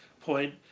point